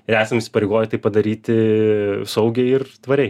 ir esam įsipareigoję tai padaryti saugiai ir tvariai